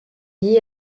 lié